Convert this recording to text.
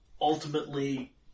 Ultimately